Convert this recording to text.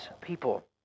people